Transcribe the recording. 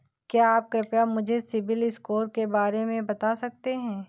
क्या आप कृपया मुझे सिबिल स्कोर के बारे में बता सकते हैं?